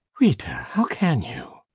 rita how can you?